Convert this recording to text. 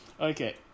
okay